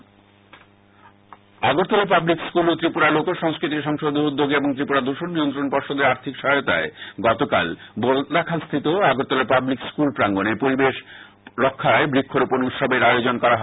বৃষ্ফঝোপণ Agartala public school ও ত্রিপুরা লোকসংস্কৃতি সংসদের উদ্যোগে এবং ত্রিপুরা দূষণ নিয়ন্ত্রণ পর্ষদের আর্থিক সহায়তায় গতকাল বলদাখালস্থিত আগরতলা পাবলিক স্কুল প্রাঙ্গণে পরিবেশ রক্ষায় বৃক্ষরোপণ উৎসবের আয়োজন করা হয়